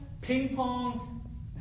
ping-pong